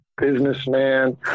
businessman